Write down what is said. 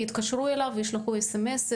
יתקשרו אליו או ישלחו סמס.